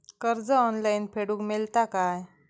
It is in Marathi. कर्ज ऑनलाइन फेडूक मेलता काय?